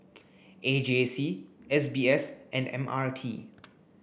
A J C S B S and M R T